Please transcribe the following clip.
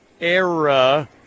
era